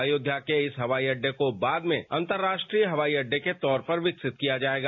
अयोध्या के इस हवाई अड्डे को बाद में अंतरीष्ट्रीय हवाई अड्डे के तौर पर विकसित किया जाएगा